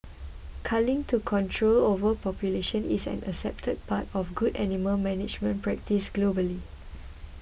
culling to control overpopulation is an accepted part of good animal management practice globally